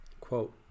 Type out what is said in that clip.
Quote